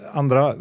andra